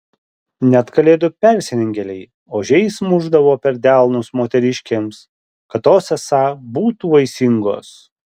net kalėdų persirengėliai ožiais mušdavo per delnus moteriškėms kad tos esą būtų vaisingos